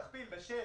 תכפיל בשישה,